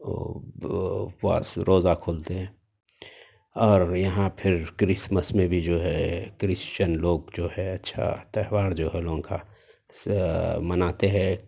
اپواس روزہ کھولتے ہیں اور یہاں پھر کرسمس میں بھی جو ہے کرسچین لوگ جو ہے اچھا تہوار جو ہے ان لوگوں کا سا مناتے ہے